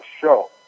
show